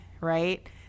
Right